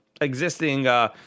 existing